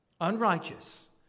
unrighteous